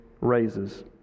raises